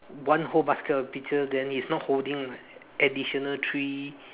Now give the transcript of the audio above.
one whole basket of peaches then he's not holding like additional three